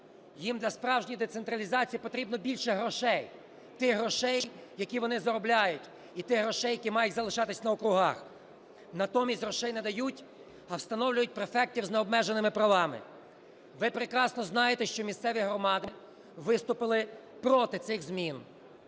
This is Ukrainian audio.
Їм для справжньої децентралізації потрібно більше грошей. Тих грошей, які вони заробляють. І тих грошей, які мають залишатись на округах. Натомість грошей не дають, а встановлюють префектів з необмеженими правами. Ви прекрасно знаєте, що місцеві громади виступили проти цих змін.